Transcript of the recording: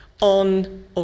on